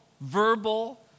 verbal